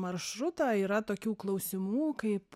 maršruto yra tokių klausimų kaip